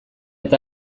eta